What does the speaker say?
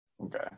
Okay